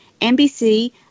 nbc